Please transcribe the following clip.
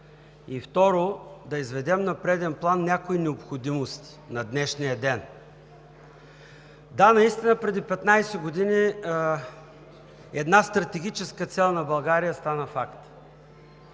и, второ, да изведем на преден план някои необходимости на днешния ден. Да, наистина преди 15 години една стратегическа цел на България стана факт.